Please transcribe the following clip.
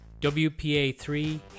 WPA3